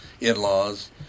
in-laws